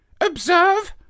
Observe